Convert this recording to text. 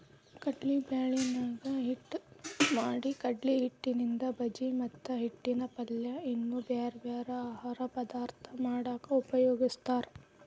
ಕಡ್ಲಿಬ್ಯಾಳಿನ ಹಿಟ್ಟ್ ಮಾಡಿಕಡ್ಲಿಹಿಟ್ಟಿನಿಂದ ಬಜಿ ಮತ್ತ ಹಿಟ್ಟಿನ ಪಲ್ಯ ಇನ್ನೂ ಬ್ಯಾರ್ಬ್ಯಾರೇ ಆಹಾರ ಪದಾರ್ಥ ಮಾಡಾಕ ಉಪಯೋಗಸ್ತಾರ